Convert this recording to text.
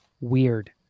weird